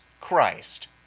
Christ